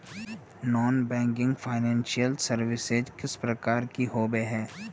Non banking financial services किस प्रकार के होबे है?